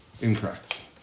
Incorrect